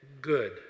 good